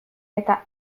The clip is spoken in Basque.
eta